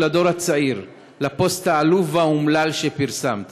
הדור הצעיר לפוסט העלוב והאומלל שפרסמת.